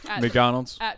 McDonald's